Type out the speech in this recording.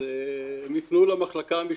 הם יפנו למחלקה המשפטית.